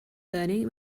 learning